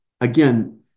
Again